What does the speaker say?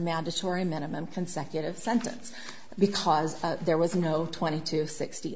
mandatory minimum consecutive sentence because there was no twenty to sixty